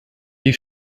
die